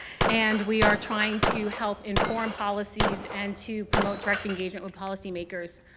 and we are trying to help inform policies, and to promote direct engagement with policymakers.